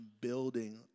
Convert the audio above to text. building